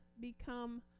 become